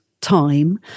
time